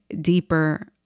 deeper